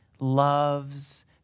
loves